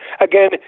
Again